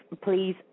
please